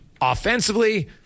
Offensively